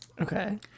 Okay